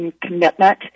commitment